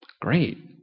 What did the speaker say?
Great